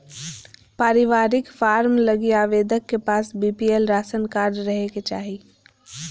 पारिवारिक फार्म लगी आवेदक के पास बीपीएल राशन कार्ड रहे के चाहि